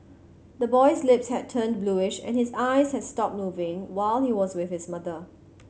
the boy's lips had turned bluish and his eyes had stopped moving while he was with his mother